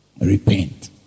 repent